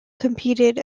competed